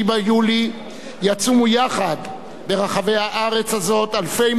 יצומו יחד ברחבי הארץ הזאת אלפי מוסלמים ויהודים,